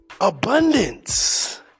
abundance